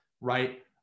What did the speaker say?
right